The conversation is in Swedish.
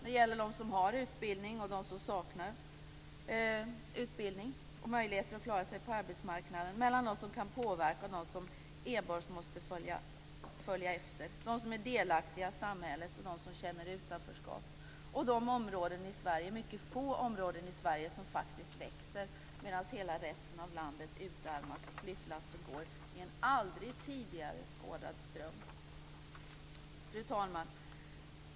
Det gäller dem som har utbildning och dem som saknar utbildning och möjligheter att klara sig på arbetsmarknaden. Det gäller dem som kan påverka och dem som enbart måste följa efter, dem som är delaktiga i samhället och dem som känner utanförskap. Det gäller de mycket få områden i Sverige som faktiskt växer medan resten av landet utarmas. Flyttlassen går i en aldrig tidigare skådad ström. Fru talman!